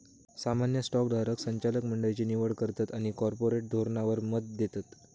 सामान्य स्टॉक धारक संचालक मंडळची निवड करतत आणि कॉर्पोरेट धोरणावर मत देतत